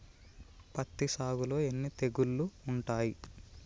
పత్తి సాగులో ఎన్ని తెగుళ్లు ఉంటాయి?